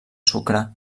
sucre